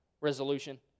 resolution